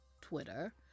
Twitter